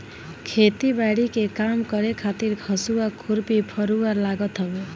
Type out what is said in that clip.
खेती बारी के काम करे खातिर हसुआ, खुरपी, फरुहा लागत हवे